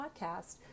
podcast